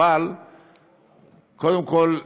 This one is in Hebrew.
אבל קודם כול,